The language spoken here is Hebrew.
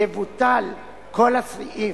יבוטל כל הסעיף,